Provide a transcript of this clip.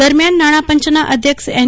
દરમ્યાન નાણાપંચના અધ્યક્ષ એન